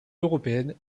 européenne